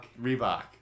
Reebok